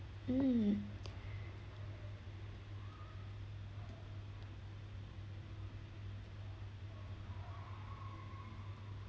mm